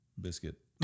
biscuit